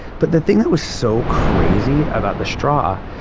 but the thing that was so crazy about the straw,